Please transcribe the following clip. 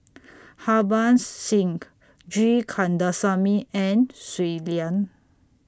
Harbans Singh G Kandasamy and Shui Lan